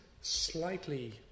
slightly